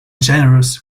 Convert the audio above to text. generous